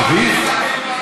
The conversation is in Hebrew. שבי,